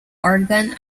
organ